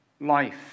life